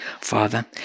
Father